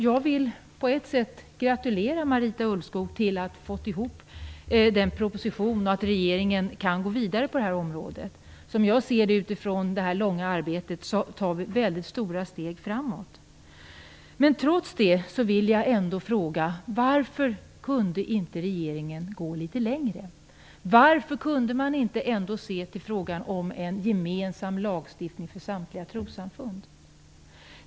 Jag vill på ett sätt gratulera Marita Ulvskog till att hon har fått ihop en proposition och att regeringen kan gå vidare på området. Som jag ser det utifrån det långvariga arbetet tar vi nu mycket stora steg framåt. Men trots det vill jag ändå fråga: Varför kunde inte regeringen gå litet längre? Varför kunde man inte se till frågan om en gemensam lagstiftning för samtliga trossamfund?